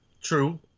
True